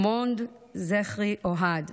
מונדר זכרי אוהד,